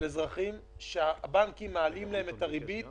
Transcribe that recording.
פניות מאזרחים על כך שהבנקים מעלים להם את הריבית